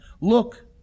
Look